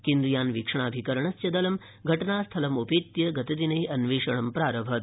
केन्द्रीयान्वीक्षणाभिकरणस्य दलम् घटनास्थलमुपेत्य गतदिने अन्वेषणम् प्रारभत्